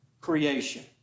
creation